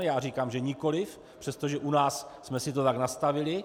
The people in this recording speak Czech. Já říkám že nikoliv, přestože u nás jsme si to tak nastavili.